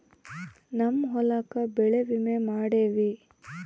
ನಮ್ ಹೊಲಕ ಬೆಳೆ ವಿಮೆ ಮಾಡ್ಸೇವಿ